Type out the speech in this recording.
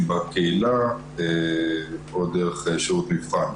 בקהילה או מופנים דרך שירות המבחן.